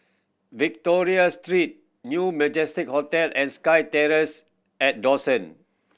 Victoria Street New Majestic Hotel and SkyTerrace and Dawson